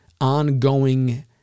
ongoing